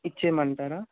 ఇచ్చేయమంటారా